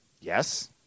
Yes